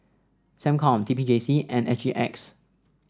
SecCom T P J C and S G X